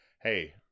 hey